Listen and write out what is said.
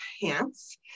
pants